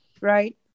right